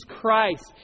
Christ